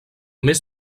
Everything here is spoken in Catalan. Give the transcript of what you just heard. mes